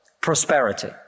Prosperity